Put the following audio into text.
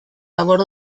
labor